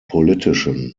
politician